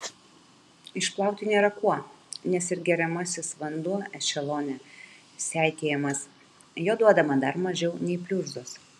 išplauti nėra kuo nes ir geriamasis vanduo ešelone seikėjamas jo duodama dar mažiau nei pliurzos